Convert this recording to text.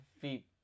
feet